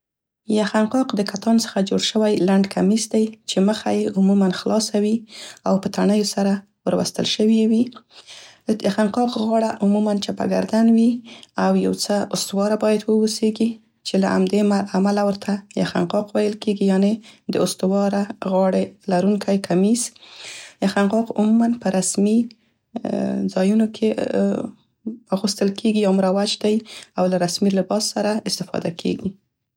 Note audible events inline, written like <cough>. یخن قاق د کتان څخه جوړی شوی لنډ کمیس دی چې مخه یې عموماً خلاصه وي او په تڼیو سره وروستل شوې وي. <hesitation> د یخن قاق غاړه عموماً چپه ګردن وي او یو څه استواره باید واوسیګي چې له همدې امله ورته یخن قاق ویل کیګي یعنې د استواره غاړې لرونکی کمیس. <hesitation> یخن قاق عموماً په رسمي <hesitation> ځایونو کې اغوستل کیګي یا مروج دی او له رسمي لباس سره استفاده کیګي.